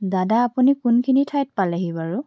দাদা আপুনি কোনখিনি ঠাইত পালেহি বাৰু